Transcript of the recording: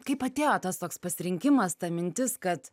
kaip atėjo tas toks pasirinkimas ta mintis kad